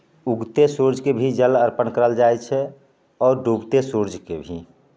उगते सूर्जके भी जल अर्पन करल जाइ छै आओर डूबते सूर्जके भी